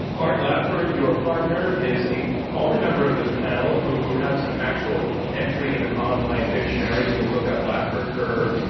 art laffer, your partner, is the only member of this panel who has an actual entry in an online dictionary. when you look up laffer curve,